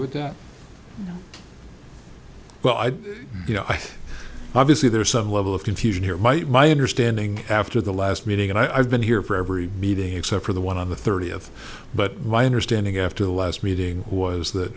with that well i you know obviously there's some level of confusion here might my understanding after the last meeting and i've been here for every meeting except for the one on the thirtieth but my understanding after the last meeting was that